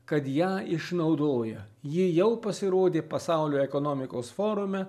kad ją išnaudoja ji jau pasirodė pasaulio ekonomikos forume